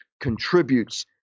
contributes